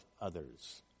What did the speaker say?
others